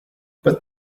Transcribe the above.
but